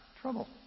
trouble